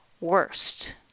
worst